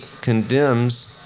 condemns